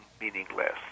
meaningless